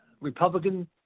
Republican